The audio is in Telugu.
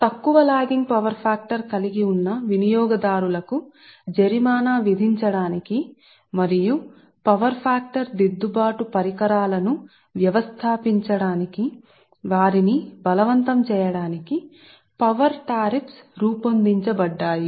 కాబట్టి తక్కువ లాగింగ్ పవర్ ఫాక్టర్ తో వినియోగదారులకు జరిమానా విధించడానికి మరియు పవర్ ఫ్యాక్టర్ సరైన దిద్దుబాటు పరికరాలను వ్యవస్థాపించడానికి వారిని బలవంతం చేయడానికి విద్యుత్ సుంకాలు రూపొందించబడ్డాయి